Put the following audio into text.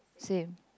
same